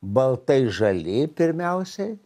baltai žali pirmiausiai